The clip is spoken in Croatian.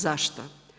Zašto?